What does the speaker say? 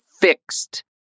fixed